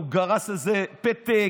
הוא גרס איזה פתק,